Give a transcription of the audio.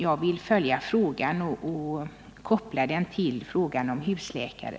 Jag vill följa frågan och koppla den till frågan om husläkare.